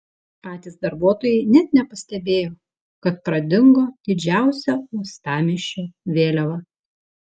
patys darbuotojai net nepastebėjo kad pradingo didžiausia uostamiesčio vėliava